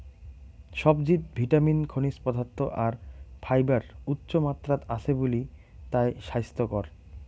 সবজিত ভিটামিন, খনিজ পদার্থ আর ফাইবার উচ্চমাত্রাত আছে বুলি তায় স্বাইস্থ্যকর